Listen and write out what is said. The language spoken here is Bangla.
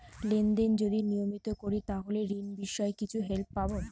লেন দেন যদি নিয়মিত করি তাহলে ঋণ বিষয়ে কিছু হেল্প পাবো?